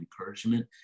encouragement